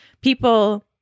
people